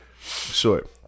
short